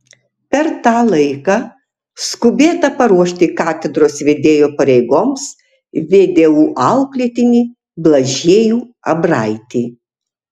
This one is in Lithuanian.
per tą laiką skubėta paruošti katedros vedėjo pareigoms vdu auklėtinį blažiejų abraitį